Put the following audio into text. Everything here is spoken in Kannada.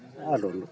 ಅದೊಂದು